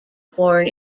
born